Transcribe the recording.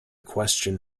question